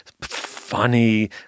funny